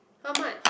how much